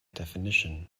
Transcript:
definition